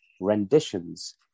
renditions